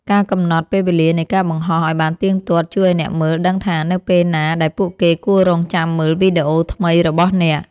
ការកំណត់ពេលវេលានៃការបង្ហោះ ឱ្យបានទៀងទាត់ ជួយឱ្យអ្នកមើលដឹងថានៅពេលណាដែលពួកគេគួររង់ចាំមើលវីដេអូថ្មីរបស់អ្នក។